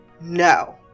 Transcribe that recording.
no